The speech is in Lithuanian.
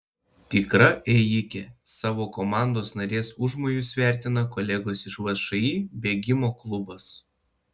tikra ėjikė savo komandos narės užmojus vertina kolegos iš všį bėgimo klubas